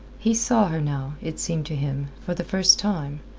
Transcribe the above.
he saw her now, it seemed to him, for the first time,